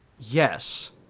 Yes